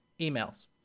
emails